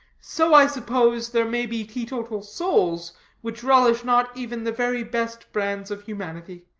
so i suppose there may be teetotal souls which relish not even the very best brands of humanity.